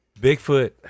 Bigfoot